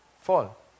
fall